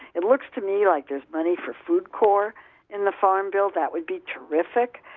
it looks to me like there's money for foodcorps in the farm bill that would be terrific.